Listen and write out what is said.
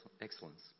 excellence